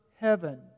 heaven